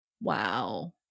Wow